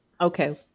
Okay